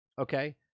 okay